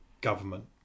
government